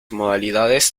modalidades